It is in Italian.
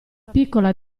piccola